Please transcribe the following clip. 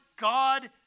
God